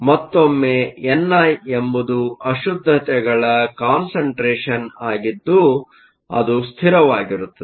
ಮತ್ತೊಮ್ಮೆ ಎನ್ಐ ಎಂಬುದು ಅಶುದ್ದತೆಗಳ ಕಾನ್ಸಂಟ್ರೇಷನ್ ಆಗಿದ್ದು ಅದು ಸ್ಥಿರವಾಗಿರುತ್ತದೆ